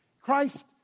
Christ